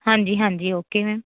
ਹਾਂਜੀ ਹਾਂਜੀ okay ma'am